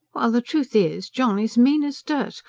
while the truth is, john is mean as dirt!